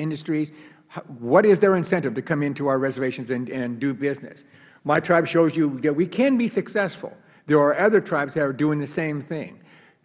industryh what is their incentive to come into our reservations and do business my tribe shows you that we can be successful there are other tribes doing the same thing